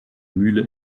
mühle